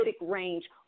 range